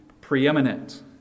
preeminent